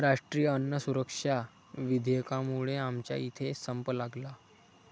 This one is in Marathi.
राष्ट्रीय अन्न सुरक्षा विधेयकामुळे आमच्या इथे संप लागला